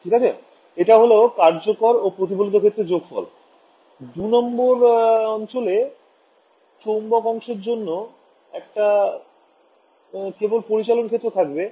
ঠিক আছে এটা হল কার্যকর ও প্রতিফলিত ক্ষেত্রের যোগফল ২ নং অঞ্চলে চৌম্বক অংশের জন্য একটা কেবল পরিচলন ক্ষেত্র থাকবে